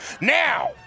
Now